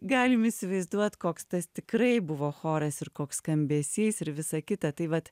galim įsivaizduot koks tas tikrai buvo choras ir koks skambesys ir visa kita tai vat